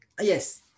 Yes